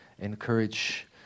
Encourage